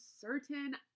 certain